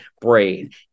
braid